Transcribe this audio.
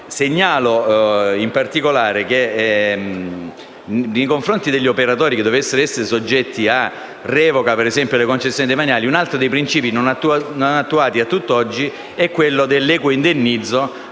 Segnalo in particolare che, nei confronti degli operatori che dovessero subire la revoca delle concessioni demaniali, un altro dei principi non attuati a tutt'oggi è quello dell'equo indennizzo.